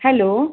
hello